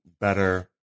better